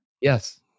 Yes